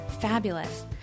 fabulous